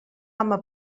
home